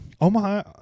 Omaha